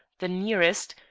the nearest,